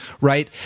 Right